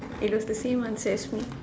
it was the same answer as me